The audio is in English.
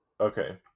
Okay